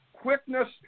quickness